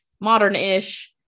modern-ish